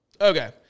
Okay